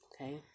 okay